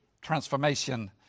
transformation